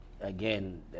again